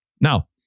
Now